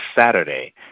Saturday